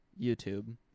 YouTube